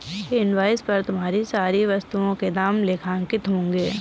invoice पर तुम्हारे सारी वस्तुओं के दाम लेखांकित होंगे